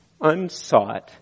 unsought